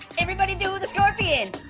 everybody do the scorpion